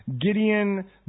Gideon